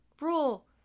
rule